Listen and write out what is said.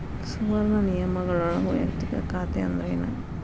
ಸುವರ್ಣ ನಿಯಮಗಳೊಳಗ ವಯಕ್ತಿಕ ಖಾತೆ ಅಂದ್ರೇನ